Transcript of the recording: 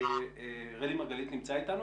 רלי מרגלית נמצא איתנו